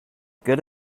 good